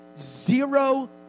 zero